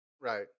Right